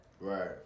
Right